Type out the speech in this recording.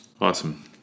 awesome